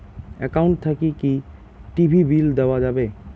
Account থাকি কি TV bill দেওয়া যাবে?